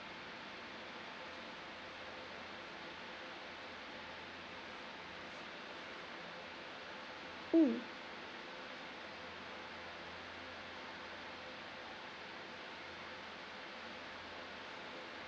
mm